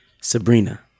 Sabrina